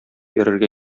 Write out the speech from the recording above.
йөрергә